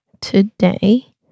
Today